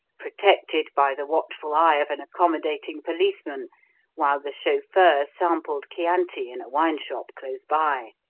protected by the watchful eye of an accommodating policeman while the chauffeur sampled chianti in a wine-shop close by.